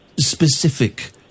specific